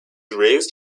raised